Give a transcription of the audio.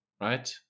Right